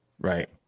Right